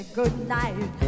goodnight